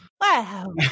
Wow